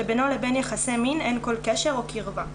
שבינו לבין יחסי מין אין כל קשר או קירבה.